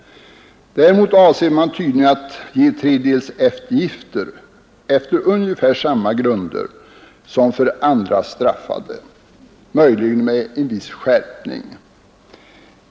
Däremot avser man tydligen att ge tredjedelseftergifter på ungefär samma grunder som för andra straffade, möjligen med en viss skärpning.